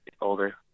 older